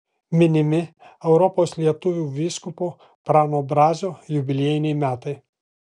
minimi europos lietuvių vyskupo prano brazio jubiliejiniai metai